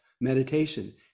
meditation